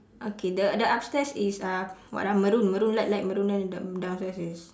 okay the the upstairs is uh what ah maroon maroon light light maroon then down~ downstairs is